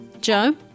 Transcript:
Joe